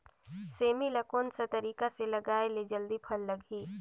सेमी ला कोन सा तरीका से लगाय ले जल्दी फल लगही?